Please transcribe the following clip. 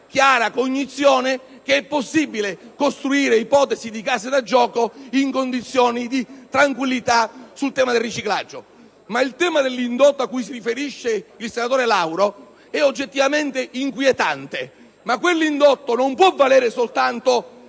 chiara cognizione che è possibile ipotizzare l'istituzione di case da gioco in condizioni di tranquillità in merito al riciclaggio. Ma il tema dell'indotto a cui si riferisce il senatore Lauro è oggettivamente inquietante: quell'indotto non può valere soltanto